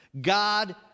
God